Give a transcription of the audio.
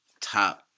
top